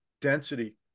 density